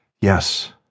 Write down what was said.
Yes